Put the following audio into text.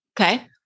Okay